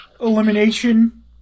Elimination